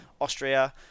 austria